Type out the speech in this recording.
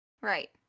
Right